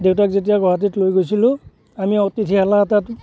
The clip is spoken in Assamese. দেউতাক যেতিয়া গুৱাহাটীত লৈ গৈছিলোঁ আমি অতিথিশালা এটাত